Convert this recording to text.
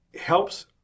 helps